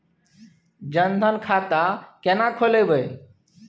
जनधन खाता केना खोलेबे?